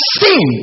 sin